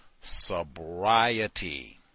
sobriety